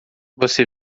você